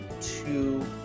two